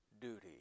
duty